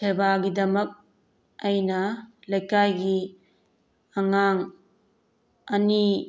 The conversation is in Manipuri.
ꯁꯦꯕꯥꯒꯤꯗꯃꯛ ꯑꯩꯅ ꯂꯩꯀꯥꯏꯒꯤ ꯑꯉꯥꯡ ꯑꯅꯤ